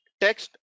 text